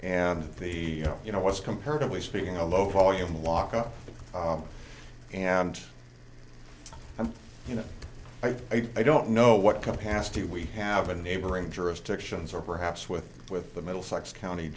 and the you know was comparatively speaking a low volume lockup and and you know i don't know what capacity we have a neighboring jurisdictions or perhaps with with the middlesex county